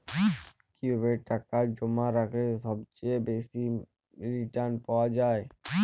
কিভাবে টাকা জমা রাখলে সবচেয়ে বেশি রির্টান পাওয়া য়ায়?